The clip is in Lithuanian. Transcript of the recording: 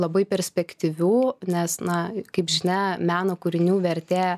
labai perspektyvių nes na kaip žinia meno kūrinių vertė